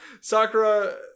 Sakura